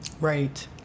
Right